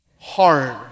hard